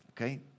Okay